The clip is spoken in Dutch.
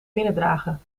binnendragen